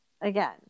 Again